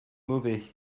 mauvais